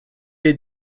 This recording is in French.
les